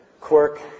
quirk